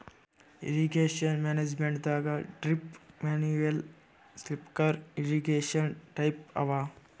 irrigation ಮ್ಯಾನೇಜ್ಮೆಂಟದಾಗ್ drip manual sprinkler irrigation type ಅವ